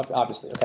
obviously, but but